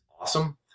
awesome